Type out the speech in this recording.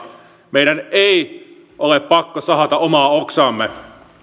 meidän ei ole pakko sahata omaa oksaamme